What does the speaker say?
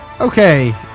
Okay